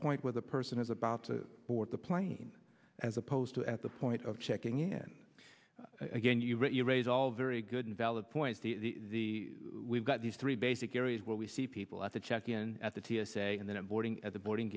point where the person is about to board the plane as opposed to at the point of checking in again you reraise all very good and valid points the we've got these three basic areas where we see people at the check in at the t s a and then boarding at the boarding